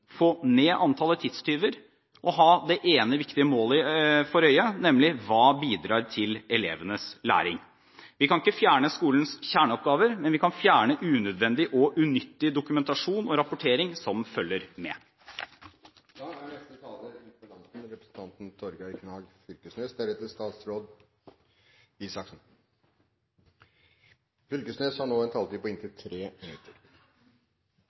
få ned antallet tidstyver og ha det ene viktige målet for øye: Hva bidrar til elevenes læring? Vi kan ikke fjerne skolens kjerneoppgaver, men vi kan fjerne unødvendig og unyttig dokumentasjon og rapportering som følger med. Eg vil takke ministeren for svaret. Det er